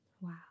Wow